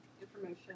information